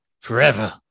forever